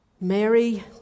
Mary